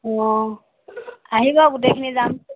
অঁ আহিব গোটেইখিনি যাম